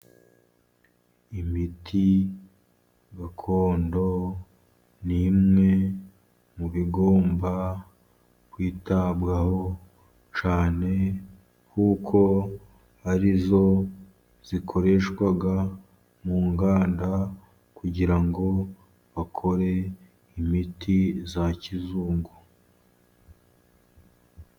Imiti gakondo ni imwe mu bigomba kwitabwaho cyane, kuko ari yo ikoreshwa mu nganda kugira ngo bakore imiti ya kizungu.